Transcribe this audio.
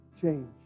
change